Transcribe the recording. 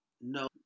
No